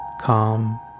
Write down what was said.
calm